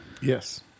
yes